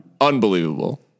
Unbelievable